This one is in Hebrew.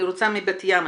מבת ים,